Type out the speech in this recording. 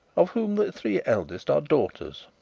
of whom the three eldest are daughters,